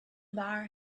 bar